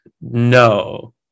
no